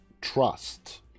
trust